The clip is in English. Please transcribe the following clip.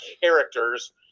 characters